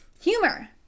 Humor